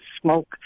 smoke